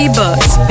bucks